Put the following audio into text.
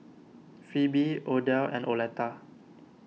Pheobe Odell and Oleta